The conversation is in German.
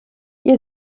ihr